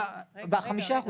5%. ב-5%.